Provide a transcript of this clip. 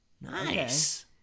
Nice